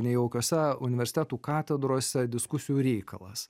nejaukiose universitetų katedrose diskusijų reikalas